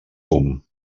fum